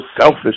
selfish